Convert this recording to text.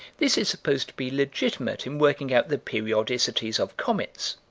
this is supposed to be legitimate in working out the periodicities of comets.